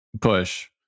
push